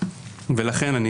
לכן,